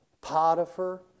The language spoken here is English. Potiphar